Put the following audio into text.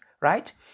right